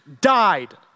died